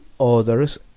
others